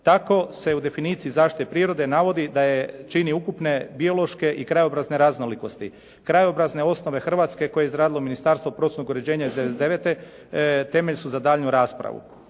Tako se u definiciji zaštite prirode navodi da je čine ukupne biološke i krajobrazne raznolikosti. Krajobrazne osnove Hrvatske koje je izradilo Ministarstvo prostornog uređenja iz '99. temelj su za daljnju raspravu.